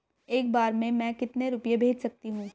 एक बार में मैं कितने रुपये भेज सकती हूँ?